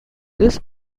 this